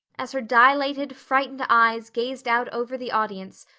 as her dilated, frightened eyes gazed out over the audience,